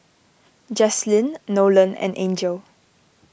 Jaslene Nolen and Angel